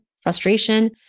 frustration